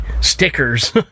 stickers